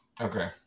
Okay